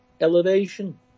elevation